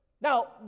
Now